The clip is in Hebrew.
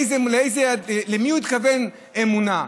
למי הוא התכוון באמונה,